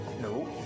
no